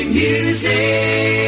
music